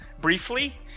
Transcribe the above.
briefly